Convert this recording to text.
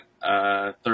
third